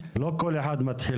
לא יודע לגבי הכסף שיקבלו.